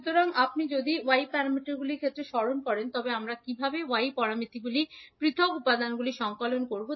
সুতরাং আপনি যদি Y প্যারামিটারগুলির ক্ষেত্রে স্মরণ করেন তবে আমরা কীভাবে Y প্যারামিটারগুলির পৃথক উপাদানগুলি সংকলন করব